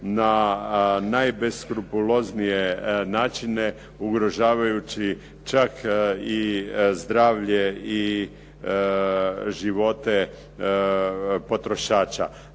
na najbeskrupuloznije načine ugrožavajući čak i zdravlje i živote potrošača.